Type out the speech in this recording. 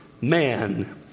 man